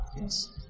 Yes